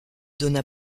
donna